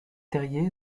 terriers